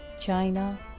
China